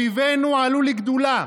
אויבינו עלו לגדולה.